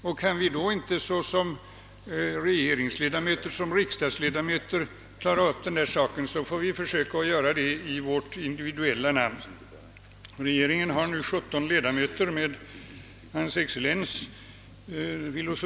Om vi inte såsom regeringsmedlemmar och riksdagsledamöter kan klara upp dessa frågor, får vi försöka göra det i vårt individuella namn. Regeringen har nu sjutton ledamöter med hans excellens fil. dr.